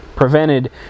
prevented